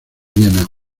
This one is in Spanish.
viena